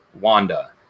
Wanda